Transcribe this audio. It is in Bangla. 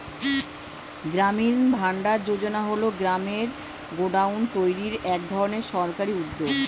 গ্রামীণ ভান্ডার যোজনা হল গ্রামে গোডাউন তৈরির এক ধরনের সরকারি উদ্যোগ